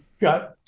got